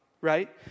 right